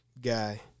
guy